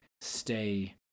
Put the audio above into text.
stay